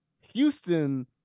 Houston